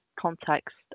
context